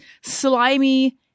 slimy